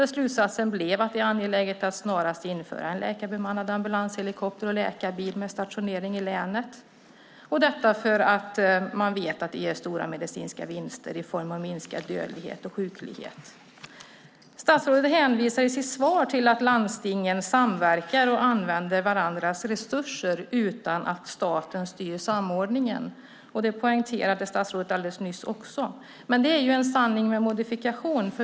Slutsatsen blev att det är angeläget att snarast införa en läkarbemannad ambulanshelikopter och läkarbil med stationering i länet - detta för att man vet att det ger stora medicinska vinster i form av minskad dödlighet och sjuklighet. Statsrådet hänvisade i sitt svar till att landstingen samverkar och använder varandras resurser utan att staten styr samordningen. Det poängterade statsrådet också alldeles nyss. Men det är en sanning med modifikation.